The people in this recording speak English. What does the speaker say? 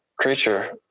creature